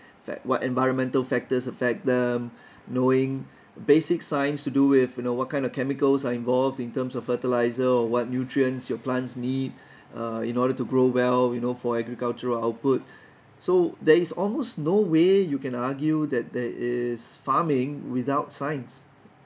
fac~ what environmental factors affect them knowing basic science to do with you know what kind of chemicals are involved in terms of fertiliser what nutrients your plants need uh in order to grow well you know for agricultural output so there is almost no way you can argue that there is farming without science